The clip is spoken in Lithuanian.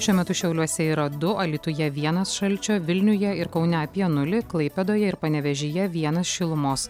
šiuo metu šiauliuose yra du alytuje vienas šalčio vilniuje ir kaune apie nulį klaipėdoje ir panevėžyje vienas šilumos